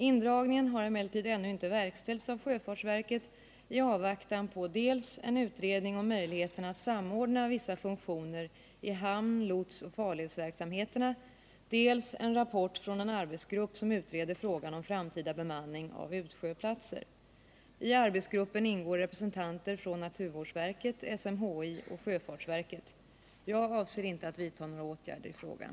Indragningen har emellertid ännu inte verkställts av sjöfdrtsverket i avvaktan på dels en utredning om möjligheterna att samordna vissa funktioner i hamn-, lotsoch farledsverksamheterna, dels en rapport från en arbetsgrupp som utreder frågan om framtida bemanning av utsjöplatser. I arbetsgruppen ingår representanter för naturvårdsverket, SMHI och sjöfartsverket. Jag avser inte att vidta några åtgärder i frågan.